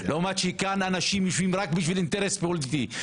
לעומת שכאן אנשים יושבים רק בשביל אינטרס פוליטי,